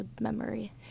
memory